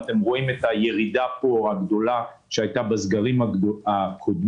אתם רואים את הירידה הגדולה שהייתה בסגרים הקודמים.